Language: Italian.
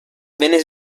venne